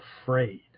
afraid